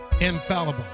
infallible